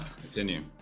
continue